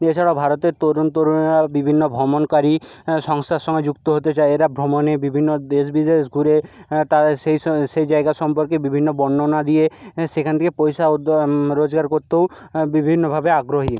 এছাড়াও ভারতের তরুণ তরুণীরাও বিভিন্ন ভ্রমণকারী সংস্থার সঙ্গে যুক্ত হতে চায় এরা ভ্রমণে বিভিন্ন দেশ বিদেশ ঘুরে তাদের সেই সেই জায়গা সম্পর্কে বিভিন্ন বর্ণনা দিয়ে সেখান থেকে পয়সা রোজগার করতেও বিভিন্নভাবে আগ্রহী